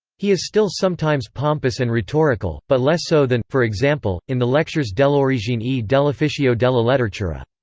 he is still sometimes pompous and rhetorical, but less so than, for example, in the lectures dell'origine e dell'ufficio della letteratura.